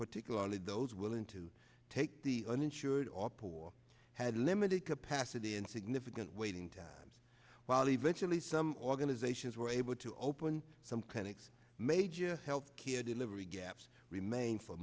particularly those willing to take the uninsured or poor had limited capacity and significant waiting times while eventually some organizations were able to open some clinics major health care delivery gaps remain for